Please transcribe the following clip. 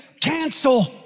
cancel